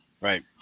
Right